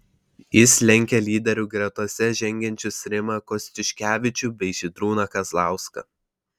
jis lenkia lyderių gretose žengiančius rimą kostiuškevičių bei žydrūną kazlauską